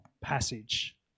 passage